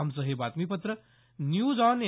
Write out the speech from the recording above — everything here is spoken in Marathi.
आमचं हे बातमीपत्र न्यूज ऑन ए